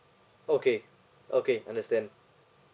okay okay understand